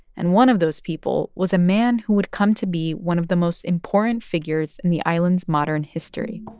and one of those people was a man who would come to be one of the most important figures in the island's modern history,